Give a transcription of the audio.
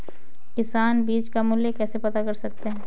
किसान बीज का मूल्य कैसे पता कर सकते हैं?